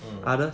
mm